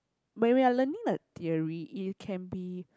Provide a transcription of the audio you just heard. but we are learning like theory it can be